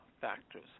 factors